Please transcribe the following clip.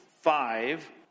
five